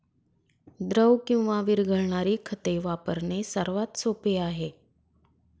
द्रव किंवा विरघळणारी खते वापरणे सर्वात सोपे आहे